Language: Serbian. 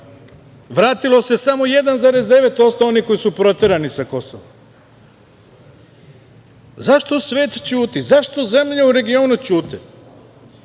Vratilo se samo 1,9% onih koji su proterani sa Kosova. Zašto svet ćuti? Zašto zemlje u regionu ćute?